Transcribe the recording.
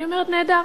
אני אומרת: נהדר.